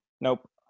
Nope